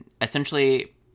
Essentially